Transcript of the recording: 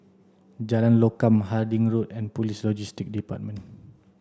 Jalan Lokam Harding Road and Police Logistics Department